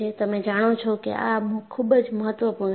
તમે જાણો છો કે આ ખૂબ જ મહત્વપૂર્ણ છે